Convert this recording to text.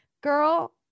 Girl